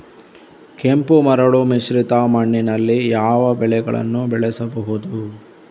ಕೆಂಪು ಮರಳು ಮಿಶ್ರಿತ ಮಣ್ಣಿನಲ್ಲಿ ಯಾವ ಬೆಳೆಗಳನ್ನು ಬೆಳೆಸಬಹುದು?